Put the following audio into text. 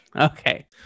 Okay